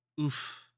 oof